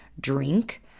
drink